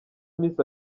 miss